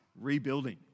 rebuilding